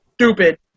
stupid